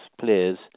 players